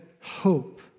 hope